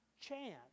chance